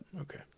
Okay